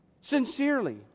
sincerely